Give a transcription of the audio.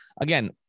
again